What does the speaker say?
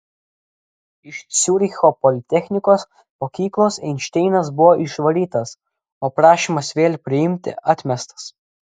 iš ciuricho politechnikos mokyklos einšteinas buvo išvarytas o prašymas vėl priimti atmestas